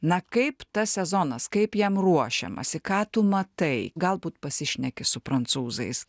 na kaip tas sezonas kaip jam ruošiamasi ką tu matai galbūt pasišneki su prancūzais